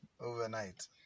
overnight